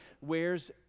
wears